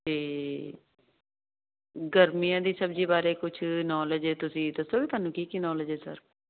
ਗਰਮੀਆਂ ਦੀ ਸਬਜ਼ੀ ਬਾਰੇ ਕੁਝ ਨੋਲੇਜ ਤੁਸੀਂ ਦੱਸੋ ਵੀ ਤੁਹਾਨੂੰ ਕੀ ਕੀ ਨੋਲੇਜ ਹ ਸਰ